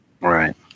Right